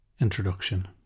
introduction